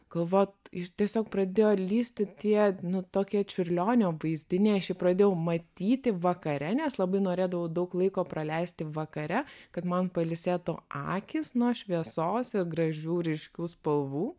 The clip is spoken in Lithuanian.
galvot iš tiesiog pradėjo lįsti tie nu tokie čiurlionio vaizdiniai aš pradėjau matyti vakare nes labai norėdavau daug laiko praleisti vakare kad man pailsėtų akys nuo šviesos ir gražių ryškių spalvų